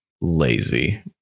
lazy